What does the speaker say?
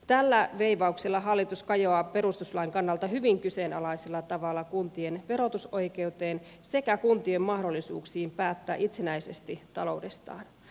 tällä veivauksella hallitus kajoaa perustuslain kannalta hyvin kyseenalaisella tavalla kuntien verotusoikeuteen sekä kuntien mahdollisuuksiin päättää itsenäisesti taloudestaan